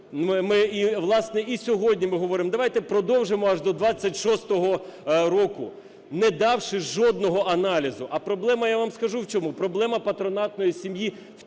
Власне, і сьогодні ми говоримо: давайте продовжимо аж до 2026 року, не давши жодного аналізу. А проблема я вам скажу в чому. Проблема патронатної сім'ї